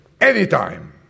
anytime